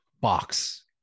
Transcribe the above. box